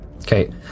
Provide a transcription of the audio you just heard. Okay